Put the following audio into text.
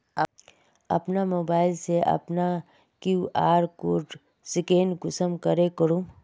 अपना मोबाईल से अपना कियु.आर कोड स्कैन कुंसम करे करूम?